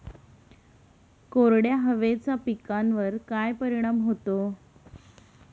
कोरड्या हवेचा पिकावर काय परिणाम होतो?